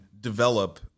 develop